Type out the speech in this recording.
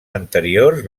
anteriors